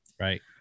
Right